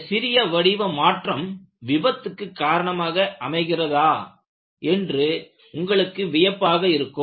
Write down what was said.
இந்த சிறிய வடிவ மாற்றம் விபத்துக்கு காரணமாக அமைகிறதா என்று உங்களுக்கு வியப்பாக இருக்கும்